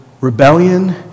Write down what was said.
rebellion